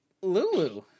Lulu